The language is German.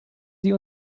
sie